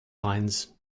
lines